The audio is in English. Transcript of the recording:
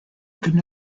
could